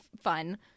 fun